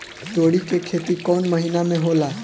तोड़ी के खेती कउन महीना में होला?